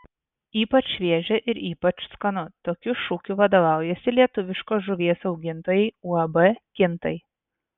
ypač šviežia ir ypač skanu tokiu šūkiu vadovaujasi lietuviškos žuvies augintojai uab kintai